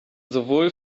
sowohl